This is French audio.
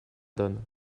donne